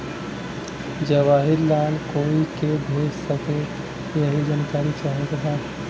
की जवाहिर लाल कोई के भेज सकने यही की जानकारी चाहते बा?